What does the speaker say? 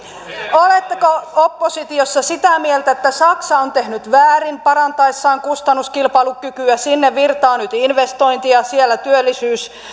oletteko oppositiossa sitä meiltä että saksa on tehnyt väärin parantaessaan kustannuskilpailukykyä sinne virtaa nyt investointeja ja siellä työllisyys